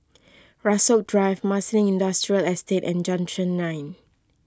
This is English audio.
Rasok Drive Marsiling Industrial Estate and Junction nine